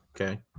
Okay